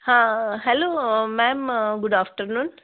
हाँ hello ma'am good afternoon